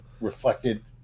reflected